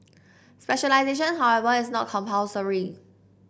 specialisation however is not compulsory